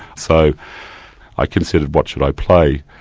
so i considered what should i play.